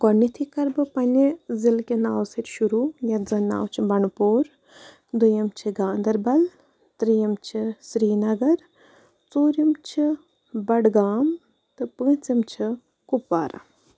گۄڈٕنٮ۪تھٕے کَرٕ بہٕ پَننہِ ضِلعہٕ کہِ ناوٕ سۭتۍ شروٗع یَتھ زَن ناو چھُ بَنٛڈٕپوٗر دوٚیِم چھِ گاندَربَل ترٛیِم چھِ سریٖنَگَر ژوٗرِم چھِ بَڈگام تہٕ پوٗنٛژِم چھِ کُپوارہ